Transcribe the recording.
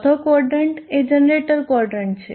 ચોથો ક્વોદરન્ટ એ generator quadrant છે